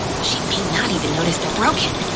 she may not even notice they're broken.